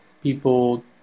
people